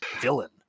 villain